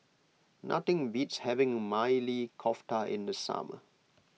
nothing beats having Maili Kofta in the summer